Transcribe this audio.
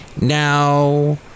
Now